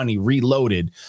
Reloaded